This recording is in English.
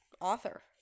author